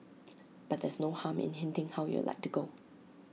but there's no harm in hinting how you'd like to go